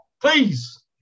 Please